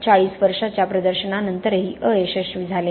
40 वर्षांच्या प्रदर्शनानंतरही अयशस्वी झाले